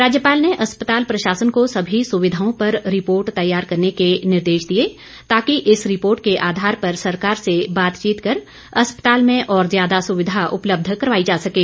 राज्यपाल ने अस्पताल प्रशासन को सभी सुविधाओं पर रिपोर्ट तैयार करने के निर्देश दिए ताकि इस रिपोर्ट के आधार पर सरकार से बातचीत कर अस्पताल में और ज्यादा सुविधा उपलब्ध करवाई जा सकें